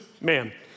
man